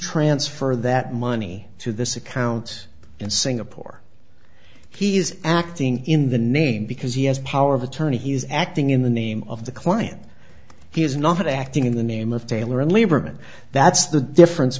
transfer that money to this account in singapore he is acting in the name because he has power of attorney he is acting in the name of the client he is not acting in the name of taylor and lieberman that's the difference